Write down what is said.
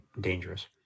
dangerous